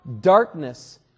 darkness